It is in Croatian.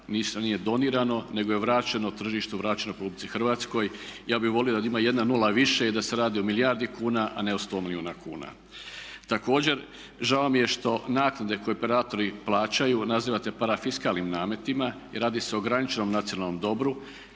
nije donirano nego je vraćeno tržištu, vraćeno RH. Ja bi volio da ima jedna nula više i da se radi io milijardi kuna a ne o 100 milijuna kuna. Također, žao mi je što naknade koje operatori plaćaju nazivate parafiskalnim nametima i radi se o graničnom nacionalnom dobru